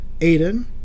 Aiden